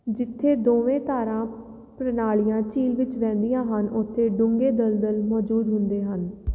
ਜਿੱਥੇ ਦੋਵੇਂ ਧਾਰਾਂ ਪ੍ਰਣਾਲੀਆਂ ਝੀਲ ਵਿੱਚ ਵਹਿੰਦੀਆਂ ਹਨ ਉੱਥੇ ਡੂੰਘੇ ਦਲਦਲ ਮੌਜੂਦ ਹੁੰਦੇ ਹਨ